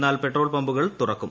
എന്നുമുൽ petrol പമ്പുകൾ തുറക്കും